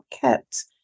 kept